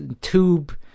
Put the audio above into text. tube